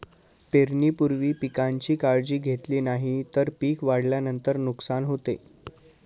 पेरणीपूर्वी पिकांची काळजी घेतली नाही तर पिक वाढल्यानंतर नुकसान होते